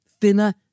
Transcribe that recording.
Thinner